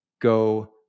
go